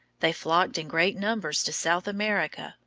they flocked in great numbers to south america,